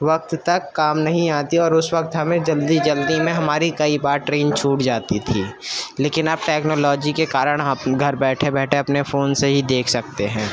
وقت تک کام نہیں آتی اور اس وقت ہمیں جلدی جلدی میں ہمارے کئی بار ٹرین چھوٹ جاتی تھی لیکن اب ٹیکنالوجی کے کارڑ گھر بیٹھے بیٹھے اپنے فون سے ہی دیکھ سکتے ہیں